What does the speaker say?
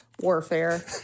warfare